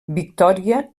victòria